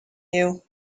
you